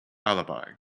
alibi